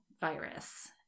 virus